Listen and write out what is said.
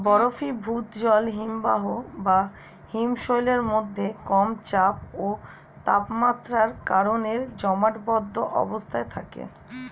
বরফীভূত জল হিমবাহ বা হিমশৈলের মধ্যে কম চাপ ও তাপমাত্রার কারণে জমাটবদ্ধ অবস্থায় থাকে